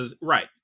Right